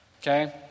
okay